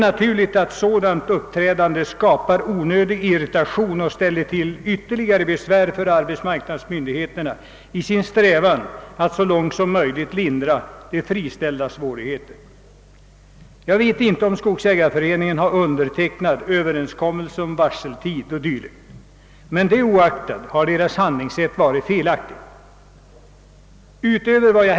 Ett sådant uppträdande skapar naturligtvis onödig irritation och försvårar för arbetsmarknadsmyndigheterna att så långt som möjligt hjälpa de friställda över deras besvärligheter. Jag vet inte om skogsägareföreningen undertecknat någon överenskommelse om varseltid och dylikt, men det oaktat har dess handlingssätt varit felaktigt.